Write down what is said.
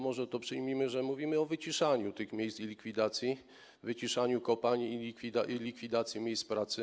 Może przyjmijmy, że mówimy o wyciszaniu tych miejsc i likwidacji, wyciszaniu kopalń i likwidacji miejsc pracy.